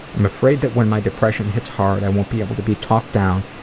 i'm afraid that when my depression hits hard, i won't be able to be talked down,